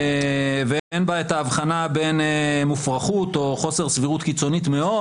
ואין בה את ההבחנה בין מופרכות או חוסר סבירות קיצונית מאוד